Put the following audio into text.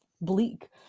bleak